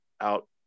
out